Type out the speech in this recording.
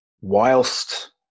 whilst